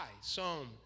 Psalm